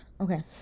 Okay